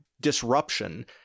disruption